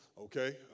okay